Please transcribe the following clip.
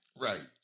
Right